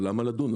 אבל למה לדון?